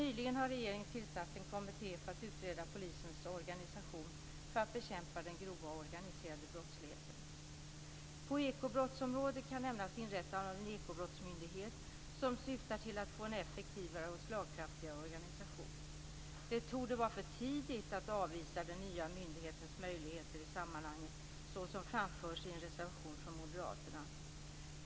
Nyligen har regeringen tillsatt en kommitté för att utreda polisens organisation för att bekämpa den grova och organiserade brottsligheten. På ekobrottsområdet kan nämnas inrättandet av en ekobrottsmyndighet som syftar till att få en effektivare och slagkraftigare organisation. Det torde vara för tidigt att avvisa den nya myndighetens möjligheter i sammanhanget, såsom framförs i en reservation från moderaterna.